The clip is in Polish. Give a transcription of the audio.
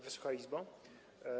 Wysoka Izbo!